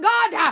God